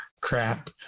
crap